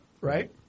Right